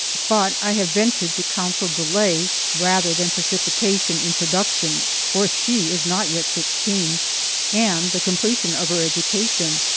but i have ventured to counsel delay rather than precipitation in production for she is not yet sixteen and the completion of her education,